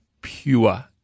pure